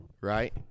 right